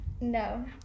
No